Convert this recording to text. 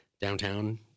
downtown